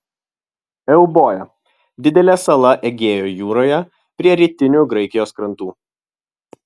euboja didelė sala egėjo jūroje prie rytinių graikijos krantų